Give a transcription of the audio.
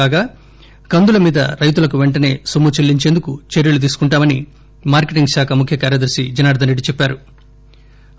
కాగా కందుల మీద రైతులకు పెంటనే నొమ్ము చెల్లించేందుకు చర్యలు తీసుకుంటామని మార్కెటింగ్ శాఖ ముఖ్యకార్యదర్ని జనార్దస్ రెడ్డి చెప్పారు